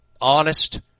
honest